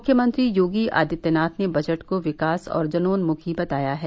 मुख्यमंत्री योगी आदित्यनाथ ने बजट को विकास और जनोन्मुखी बताया है